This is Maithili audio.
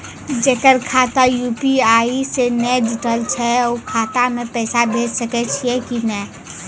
जेकर खाता यु.पी.आई से नैय जुटल छै उ खाता मे पैसा भेज सकै छियै कि नै?